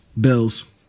Bills